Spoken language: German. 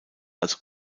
als